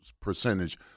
percentage